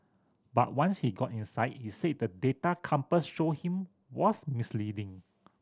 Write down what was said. but once he got inside he said the data Compass showed him was misleading